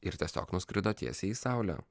ir tiesiog nuskrido tiesiai į saulę